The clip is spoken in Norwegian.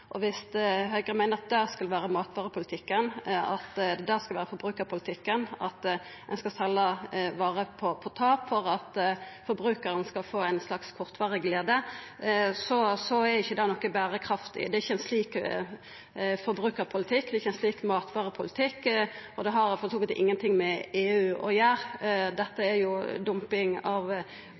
tap. Viss Høgre meiner at det skal vera matvarepolitikken, at det skal vera forbrukarpolitikken, at ein skal selja varer med tap for at forbrukarane skal få ei slags kortvarig glede, så er ikkje det berekraftig. Det er ikkje ein slik forbrukarpolitikk, det er ikkje ein slik matvarepolitikk vi vil ha. Og det har for så vidt ingenting med EU å gjera, dette er jo dumping av